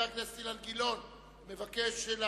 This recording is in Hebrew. יותר?